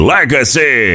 Legacy